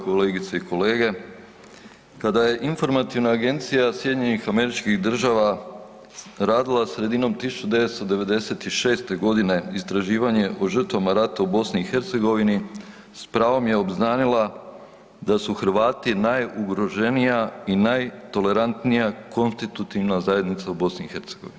Kolegice i kolege, kada je informativna agencija SAD-a radila sredinom 1996. godine istraživanje o žrtvama rata u BiH s pravom je obznanila da su Hrvati najugroženija i najtolerantnija konstitutivna zajednica u BiH.